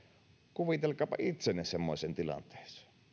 kuvitelkaapa itsenne semmoiseen tilanteeseen